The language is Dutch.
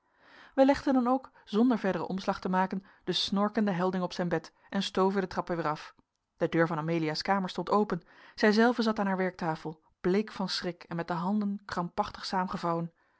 wij legden dan ook zonder verderen omslag te maken den snorkenden helding op zijn bed en stoven de trappen weer af de deur van amelia's kamer stond open zijzelve zat aan haar werktafel bleek van schrik en met de handen krampachtig